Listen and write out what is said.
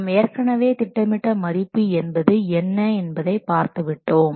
நாம் ஏற்கனவே திட்டமிட்ட மதிப்பு என்பது என்ன என்பதை பார்த்து விட்டோம்